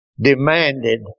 demanded